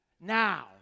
Now